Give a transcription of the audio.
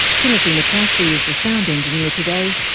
timothy nicastri is the sound engineer today.